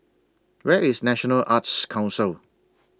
Where IS National Arts Council